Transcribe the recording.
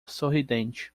sorridente